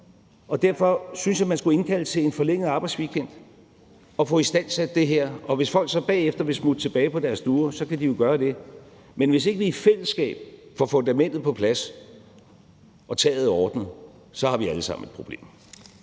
Derfor synes jeg, at man skulle indkalde til en forlænget arbejdsweekend og få istandsat det her. Og hvis folk så derefter vil smutte tilbage på deres stuer, kan de jo gøre det. Men hvis vi ikke i fællesskab får fundamentet på plads og taget ordnet, så har vi alle sammen et problem.